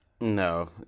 No